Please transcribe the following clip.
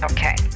Okay